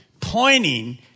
pointing